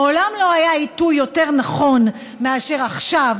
מעולם לא היה עיתוי יותר נכון מאשר עכשיו